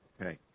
Okay